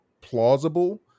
plausible